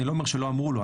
אני לא אומר שלא אמרו לו,